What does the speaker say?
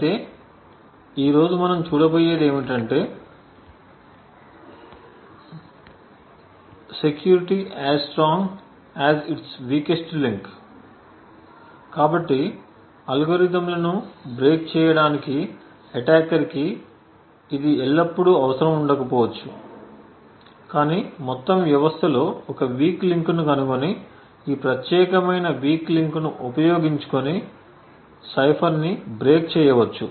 అయితే ఈ రోజు మనం చూడబోయేది ఏమిటంటే security as strong as its weakest link కాబట్టి అల్గోరిథంలను బ్రేక్ చేయడానికి అటాకర్కి ఇది ఎల్లప్పుడూ అవసరం ఉండకపోవచ్చు కాని మొత్తం వ్యవస్థలో ఒక వీక్ లింక్ను కనుగొని ఈ ప్రత్యేకమైన వీక్ లింక్ను ఉపయోగించుకుని సైఫర్ని బ్రేక్ చేయవచ్చు